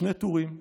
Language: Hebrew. שני טורים,